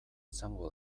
izango